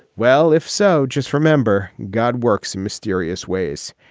well, if so, just remember god works in mysterious ways.